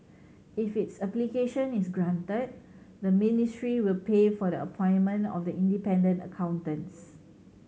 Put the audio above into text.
if its application is granted the ministry will pay for the appointment of the independent accountants